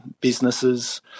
businesses